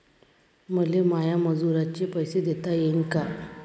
मले माया मजुराचे पैसे देता येईन का?